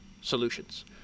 solutions